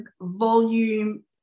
volume